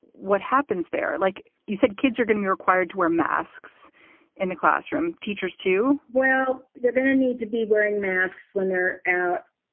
what happens there like you said, kids are going to be required to wear masks in the classroom, teachers to well, they're going to need to be wearing masks when they're out,